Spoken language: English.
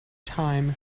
time